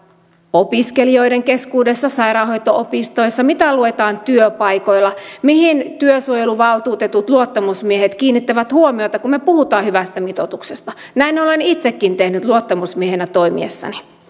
opiskelijoiden keskuudessa sairaanhoito opistoissa mitä luetaan työpaikoilla mihin työsuojeluvaltuutetut luottamusmiehet kiinnittävät huomiota kun me puhumme hyvästä mitoituksesta näin olen itsekin tehnyt luottamusmiehenä toimiessani